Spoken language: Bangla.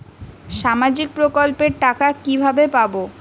সামাজিক প্রকল্পের টাকা কিভাবে পাব?